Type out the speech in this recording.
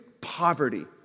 poverty